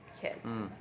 kids